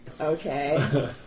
Okay